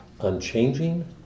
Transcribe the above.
unchanging